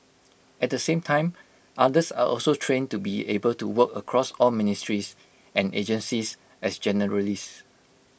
at the same time others are also trained to be able to work across all ministries and agencies as generalists